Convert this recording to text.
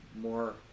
more